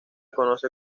conoce